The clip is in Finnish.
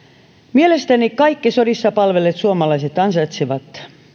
mielestäni kaikki sodissa palvelleet suomalaiset ansaitsevat